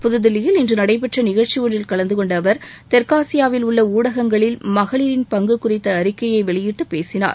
புதுதில்லியில் இன்று நடைபெற்ற நிகழ்ச்சி ஒன்றில் கலந்துகொண்ட அவர் தெற்காசியாவில் உள்ள ஊடகங்களில் மகளிரின் பங்கு குறித்த அறிக்கையை வெளியிட்டு பேசினார்